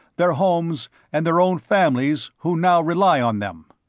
their homes, and their own families who now rely on them.